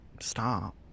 stop